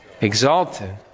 exalted